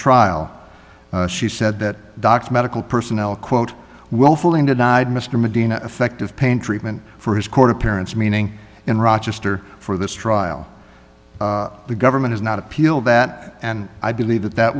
trial she said that docs medical personnel quote willfully denied mr medina effective pain treatment for his court appearance meaning in rochester for this trial the government is not appeal that and i believe that that